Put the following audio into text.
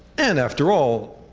and, after all,